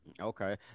Okay